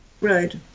Right